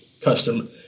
custom